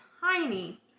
tiny